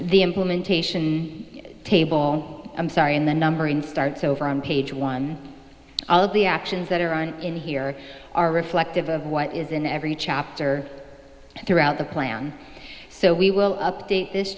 the implementation table i'm sorry in the numbering starts over on page one all of the actions that are on in here are reflective of what is in every chapter throughout the plan so we will update this